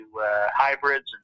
hybrids